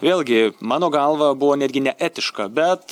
vėlgi mano galva buvo netgi neetiška bet